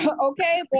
Okay